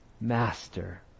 Master